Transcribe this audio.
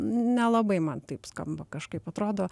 nelabai man taip skamba kažkaip atrodo